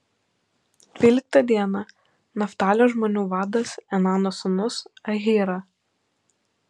dvyliktą dieną naftalio žmonių vadas enano sūnus ahyra